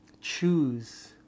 choose